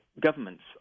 governments